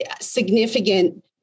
significant